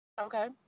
Okay